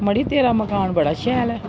मड़ी तेरा मकान बड़ा शैल ऐ